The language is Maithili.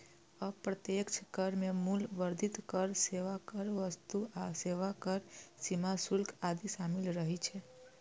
अप्रत्यक्ष कर मे मूल्य वर्धित कर, सेवा कर, वस्तु आ सेवा कर, सीमा शुल्क आदि शामिल रहै छै